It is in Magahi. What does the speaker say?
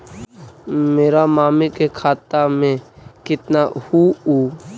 मेरा मामी के खाता में कितना हूउ?